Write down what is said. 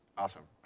awesome,